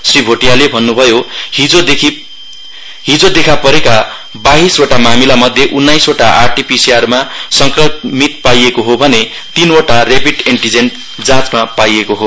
श्री भिटियाले भन्नुभयो हिजो देखि परेका बाहीसवटा मामिला मध्ये उन्नाइसवटा आरटीपीसीआर मा संक्रमित पाइएको हो भने तीनवटा रेपिड एन्टिजेन जाँचमा पाइएको छ